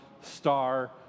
star